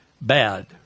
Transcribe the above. bad